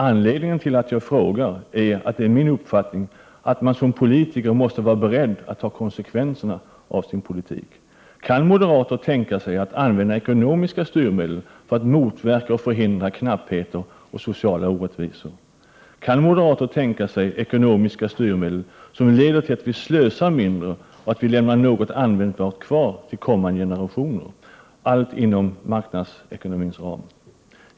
Anledningen till att jag frågar är att det är min uppfattning att man som politiker måste vara beredd att ta konsekvenserna av sin politik. Kan moderaterna tänka sig att använda ekonomiska styrmedel för att motverka och förhindra knapphet och sociala orättvisor? Kan moderaterna tänka sig ekonomiska styrmedel som leder till att vi slösar mindre — till att vi lämnar något användbart kvar till kommande generationer — allt inom marknadsekonomins ram?